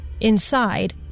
inside